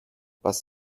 was